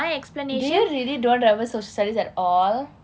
do you really don't ever social studies at all